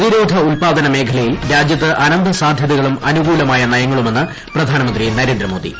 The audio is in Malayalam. പ്രതിരോധ ഉത്പാദനമേഖലയിൽ രാജൃത്ത് അനന്ത സാധൃതകളും അനുകൂലമായ നയങ്ങളുമെന്ന് പ്രധാനമന്ത്രി നരേന്ദ്രമോദി